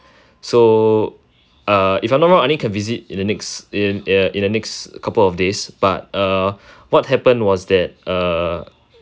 so uh if I not wrong I only can visit in the next in the next couple of days but uh what happened was that uh